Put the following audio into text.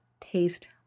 taste